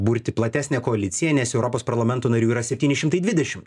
burti platesnę koaliciją nes europos parlamento narių yra septyni šimtai dvidešim